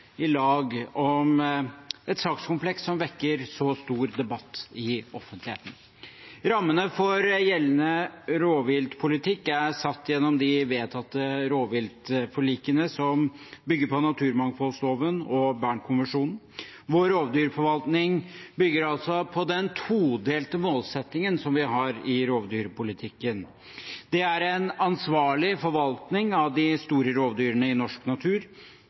om et sakskompleks som vekker så stor debatt i offentligheten. Rammene for gjeldende rovviltpolitikk er satt gjennom de vedtatte rovviltforlikene, som bygger på naturmangfoldloven og Bernkonvensjonen. Vår rovdyrforvaltning bygger altså på den todelte målsettingen som vi har i rovdyrpolitikken. Det er en ansvarlig forvaltning av de store rovdyrene i norsk natur,